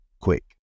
quick